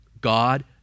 God